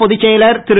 பொதுச் செயலர் திரு